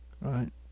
Right